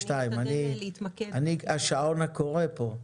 אני השעון הקורא פה.